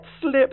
slip